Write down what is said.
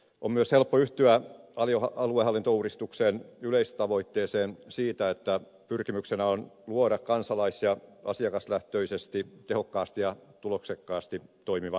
on myös helppo yhtyä aluehallintouudistuksen yleistavoitteeseen että pyrkimyksenä on luoda kansalais ja asiakaslähtöisesti tehokkaasti ja tuloksekkaasti toimiva aluehallinto